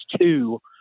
two